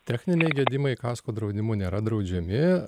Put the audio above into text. techniniai gedimai kasko draudimu nėra draudžiami